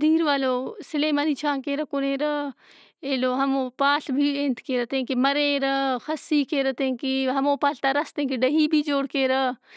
دِیر والو سلیمانی چاں کیرہ کُنیرہ۔ ایلو ہمو پاڷ بھی ئے انت کیرہ تین کہ مریرہ خسی کیرہ تین کہ ہمو پاڷ تا راست اے کہ ڈہی بھی جوڑ کیرہ۔